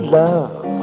love